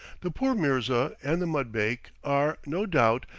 the poor mirza and the mudbake are, no doubt,